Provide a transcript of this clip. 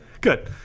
good